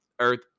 earth